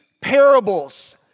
parables